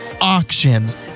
auctions